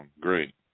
Great